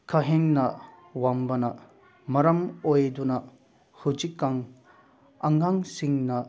ꯀꯥ ꯍꯦꯟꯅ ꯋꯥꯡꯕꯅ ꯃꯔꯝ ꯑꯣꯏꯗꯨꯅ ꯍꯧꯖꯤꯛꯀꯥꯟ ꯑꯉꯥꯡꯁꯤꯡꯅ